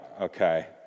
okay